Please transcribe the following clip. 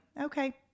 okay